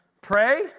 Pray